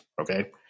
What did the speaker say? Okay